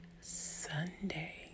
Sunday